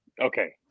Okay